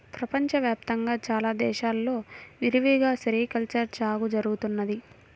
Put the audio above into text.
ప్రపంచ వ్యాప్తంగా చాలా దేశాల్లో విరివిగా సెరికల్చర్ సాగు జరుగుతున్నది